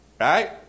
Right